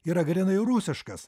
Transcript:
yra grynai rusiškas